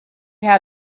how